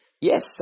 Yes